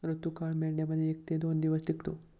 ऋतुकाळ मेंढ्यांमध्ये एक ते दोन दिवस टिकतो